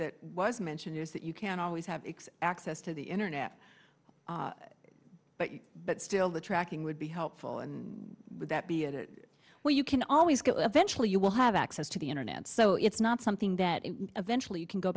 that was mentioned is that you can always have x access to the internet but but still the tracking would be helpful and would that be it where you can always go eventually you will have access to the internet so it's not something that eventually you can go